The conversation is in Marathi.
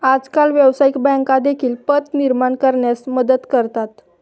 आजकाल व्यवसायिक बँका देखील पत निर्माण करण्यास मदत करतात